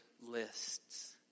lists